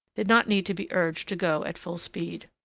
did not need to be urged to go at full speed.